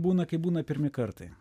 būna kai būna pirmi kartai